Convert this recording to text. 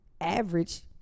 average